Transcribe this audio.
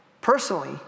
personally